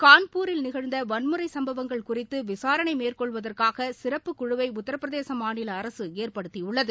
கான்பூரில் நிகழ்ந்த வன்முறை சும்பவங்கள் குறித்து விசாரணை மேற்கொள்வதற்காக சிறப்புக் குழுவை உத்திரபிரதேச மாநில அரசு ஏற்படுத்தியுள்ளது